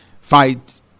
fight